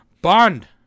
Bond